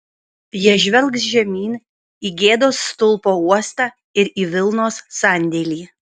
jie žvelgs žemyn į gėdos stulpo uostą ir į vilnos sandėlį